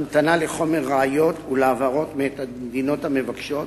המתנה לחומר ראיות ולהעברות מאת המדינות המבקשות,